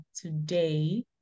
today